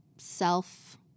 self